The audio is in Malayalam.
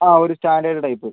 ആ ഒരു സ്റ്റാൻഡേർഡ് ടൈപ്പ്